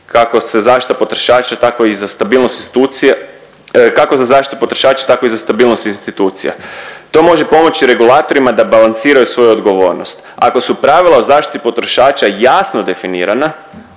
kako za zaštitu potrošača, tako i za stabilnost institucija. To može pomoći regulatorima da balansiraju svoju odgovornost. Ako su pravila o zaštiti potrošača jasno definirana,